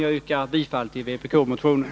Jag yrkar bifall till vpk-motionen.